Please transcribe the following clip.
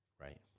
Right